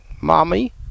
Mommy